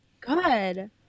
good